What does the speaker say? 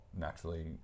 naturally